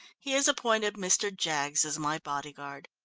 he has appointed mr. jaggs as my bodyguard.